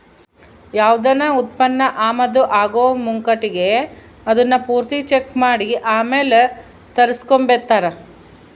ಯಾವ್ದನ ಉತ್ಪನ್ನ ಆಮದು ಆಗೋ ಮುಂಕಟಿಗೆ ಅದುನ್ನ ಪೂರ್ತಿ ಚೆಕ್ ಮಾಡಿ ಆಮೇಲ್ ತರಿಸ್ಕೆಂಬ್ತಾರ